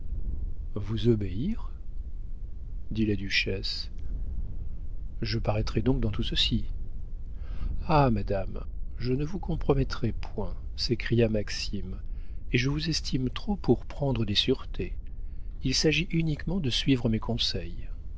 vous obéir dit la duchesse je paraîtrai donc dans tout ceci ah madame je ne vous compromettrai point s'écria maxime et je vous estime trop pour prendre des sûretés il s'agit uniquement de suivre mes conseils